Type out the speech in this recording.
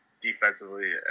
defensively